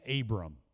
Abram